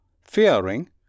fearing